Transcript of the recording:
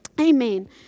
Amen